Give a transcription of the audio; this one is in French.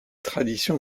tradition